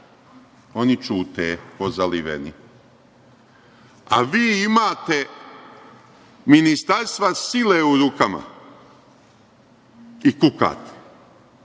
Oni ćute kao zaliveni. Vi imate ministarstva sile u rukama i kukate.